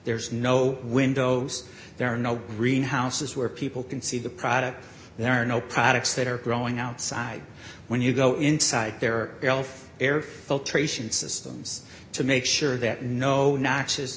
there's no windows there are no green houses where people can see the product there are no products that are growing outside when you go inside there are health air filtration systems to make sure that no noxious